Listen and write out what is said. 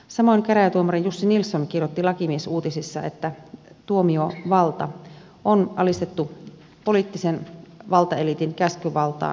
samoin käräjätuomari jussi nilsson kirjoitti lakimiesuutisissa että tuomiovalta on alistettu poliittisen valtaeliitin käskyvaltaan